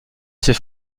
ses